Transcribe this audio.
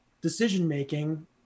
decision-making